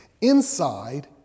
inside